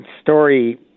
story